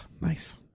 nice